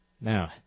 Now